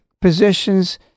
positions